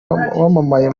wamamaye